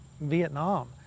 Vietnam